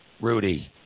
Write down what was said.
Rudy